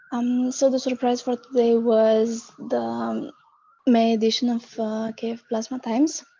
so the surprise for today was the may edition of plasma times.